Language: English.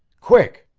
quick.